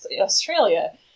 Australia